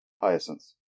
Hyacinths